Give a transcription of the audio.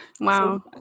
Wow